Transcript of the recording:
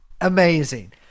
Amazing